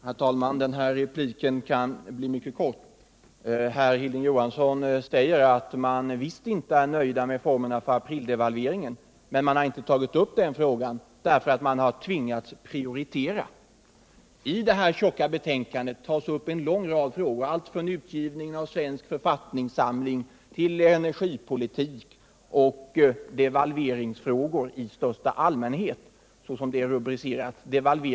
Herr talman! Den här repliken kan bli mycket kort. Hilding Johansson säger att man visst inte är nöjd med formerna för aprildevalveringen, men den frågan har inte tagits upp här därför att man tvingats prioritera. I det här tjocka betänkandet tas en lång rad frågor upp, allt från utgivningen av Svensk författningssamling till energipolitik och devalveringsfrågor i största allmänhet.